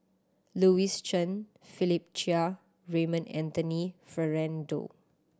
Louis Chen Philip Chia Raymond Anthony Fernando